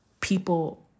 people